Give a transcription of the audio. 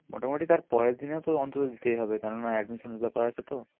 মোটামুটি তার পরের দিনে তো অন্তত দিতেই হবে কেন না অ্যাডমিশনের ব্যাপার আছে তো